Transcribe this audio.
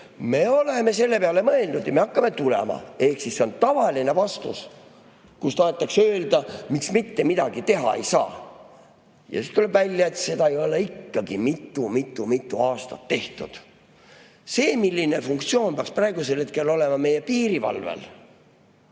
"Me oleme selle peale mõelnud ja me hakkame tulema." Ehk siis see on tavaline vastus, kui tahetakse öelda, miks mitte midagi teha ei saa. Ja siis tuleb välja, et seda ei ole ikkagi mitu-mitu-mitu aastat tehtud. Selle kohta, milline funktsioon peaks praegusel hetkel olema meie piirivalvel